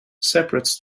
separates